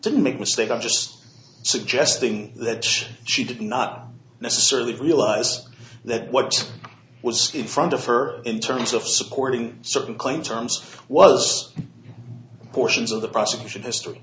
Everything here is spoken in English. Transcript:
didn't make mistake i'm just suggesting that she did not necessarily realize that what was in front of her in terms of supporting certain claim terms what portions of the prosecution history